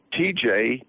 TJ